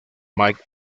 mike